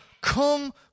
Come